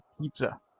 pizza